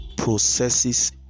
processes